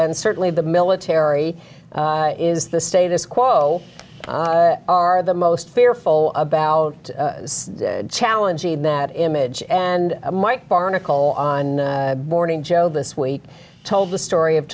and certainly the military is the status quo are the most fearful about challenging that image and mike barnicle on morning joe this week told the story of